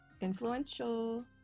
Influential